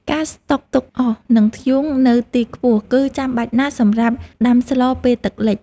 ការស្តុកទុកអុស និងធ្យូងនៅទីខ្ពស់គឺចាំបាច់ណាស់សម្រាប់ដាំស្លពេលទឹកលិច។